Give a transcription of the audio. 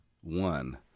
one